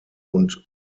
und